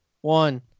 One